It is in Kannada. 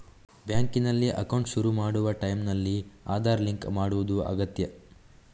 ಬ್ಯಾಂಕಿನಲ್ಲಿ ಅಕೌಂಟ್ ಶುರು ಮಾಡುವ ಟೈಂನಲ್ಲಿ ಆಧಾರ್ ಲಿಂಕ್ ಮಾಡುದು ಅಗತ್ಯ